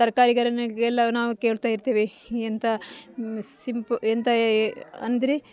ತರ್ಕಾರಿಗಳಿಗೆಲ್ಲ ನಾವು ಕೇಳ್ತಾ ಇರ್ತೇವೆ ಎಂಥ ಸಿಂಪ ಎಂತ ಅಂದರೆ